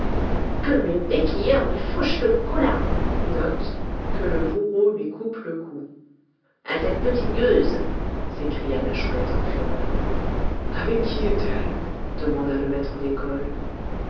que le béquilleur lui fauche le colas à cette petite gueuse s'écria la chouette en fureur avec qui est-elle demanda le maître d'école